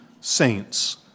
saints